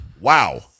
Wow